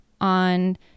on